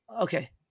Okay